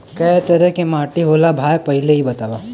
कै तरह के माटी होला भाय पहिले इ बतावा?